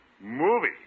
Movie